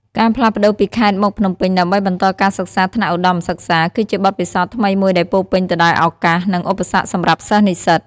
ការផ្លាស់ប្ដូរពីខេត្តមកភ្នំពេញដើម្បីបន្តការសិក្សាថ្នាក់ឧត្ដមសិក្សា គឺជាបទពិសោធន៍ថ្មីមួយដែលពោរពេញទៅដោយឱកាស និងឧបសគ្គសម្រាប់សិស្សនិស្សិត។